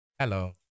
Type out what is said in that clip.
Hello